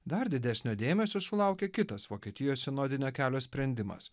dar didesnio dėmesio sulaukė kitas vokietijos sinodinio kelio sprendimas